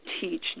teach